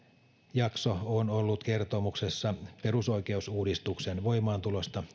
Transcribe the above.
jakso on ollut kertomuksessa perusoikeusuudistuksen voimaantulosta